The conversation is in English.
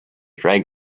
drag